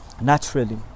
naturally